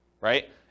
right